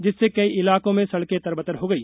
जिससे कई इलाकों में सड़कें तरबतर हो गई